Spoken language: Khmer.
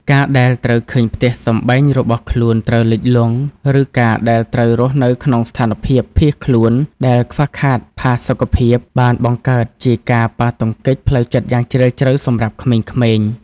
ការដែលត្រូវឃើញផ្ទះសម្បែងរបស់ខ្លួនត្រូវលិចលង់ ឬការដែលត្រូវរស់នៅក្នុងស្ថានភាពភៀសខ្លួនដែលខ្វះខាតផាសុកភាព បានបង្កើតជាការប៉ះទង្គិចផ្លូវចិត្តយ៉ាងជ្រាលជ្រៅសម្រាប់ក្មេងៗ។